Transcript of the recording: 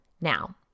Now